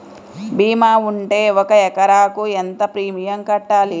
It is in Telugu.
భీమా ఉంటే ఒక ఎకరాకు ఎంత ప్రీమియం కట్టాలి?